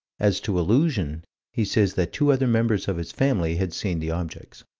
as to illusion he says that two other members of his family had seen the objects.